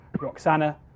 Roxana